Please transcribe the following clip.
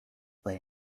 they